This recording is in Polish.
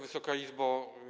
Wysoka Izbo!